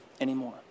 anymore